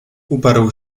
uparł